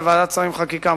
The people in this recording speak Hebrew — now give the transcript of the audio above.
בוועדת שרים לחקיקה,